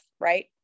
right